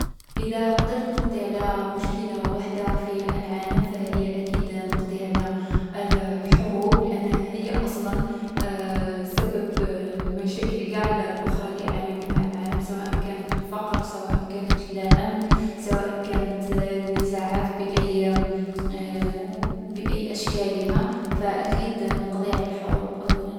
اذا قدرت نقضي على مشكلة وحدة في العالم فهي أكيد نقضي على الحروب لأنها هي أصلا سبب المشاكل قاع لي يعاني منها العالم سواء كانت الفقر، ولا الأمن، ولا النزاعات بأي أشكالها. من يولي كاين لامان في الدنيا نقدرو نحلو المشاكل لخرين بسهولة.